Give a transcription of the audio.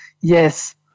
Yes